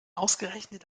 ausgerechnet